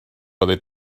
byddai